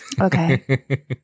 Okay